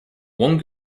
one